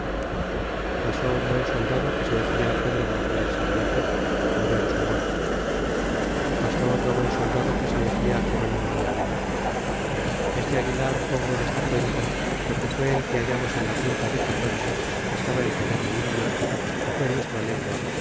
pasó un buen soldado que se decia pedro gonzalez sabiote murió de su muerte pasó otro buen soldado que se decía gerónimo de aguilar este aguilar pongo en esta cuenta porque fue el que hallamos en la punta de cotoche que estaba en poder de indios é fue nuestra lengua